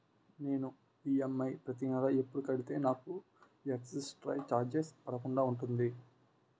నేను ఈ.ఎం.ఐ ప్రతి నెల ఎపుడు కడితే నాకు ఎక్స్ స్త్ర చార్జెస్ పడకుండా ఉంటుంది?